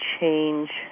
change